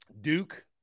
Duke